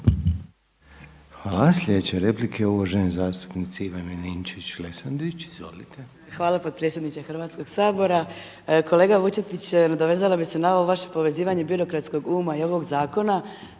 Hvala. Sljedeća replika je uvažene zastupnice Ivane Ninčević-Lesandrić. Izvolite. **Ninčević-Lesandrić, Ivana (MOST)** Hvala potpredsjedniče Hrvatskog sabora. Kolega Vučetić, nadovezala bih se na ovo vaše povezivanje birokratskog uma i ovog zakona.